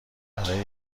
برای